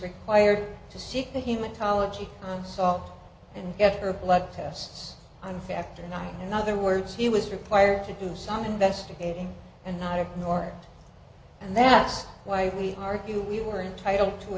required to seek the human ecology on salt and get her blood tests on factor nine in other words he was required to do some investigating and not ignore it and that's why we argued we were entitled to